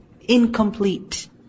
incomplete